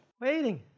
Waiting